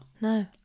No